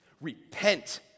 Repent